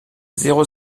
zéro